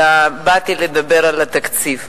אלא באתי לדבר על התקציב.